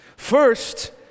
First